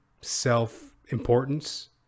self-importance